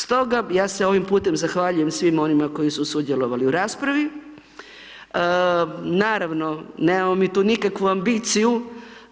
Stoga, ja se ovim putem zahvaljujem svima onima koji su sudjelovali u raspravi, naravno, nemamo mi tu nikakvu ambiciju